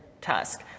tusk